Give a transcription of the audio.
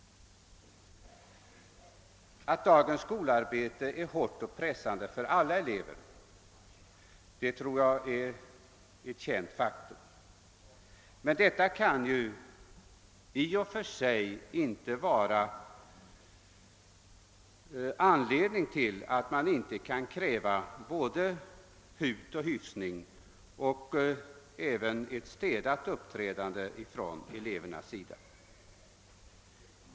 Att dagens skolarbete är hårt och pressande för alla elever tror jag är ett känt faktum. Detta kan dock inte i och för sig vara något skäl för att man inte skulle kunna kräva hut och hyfsning och ett städat uppträdande från elevernas sida.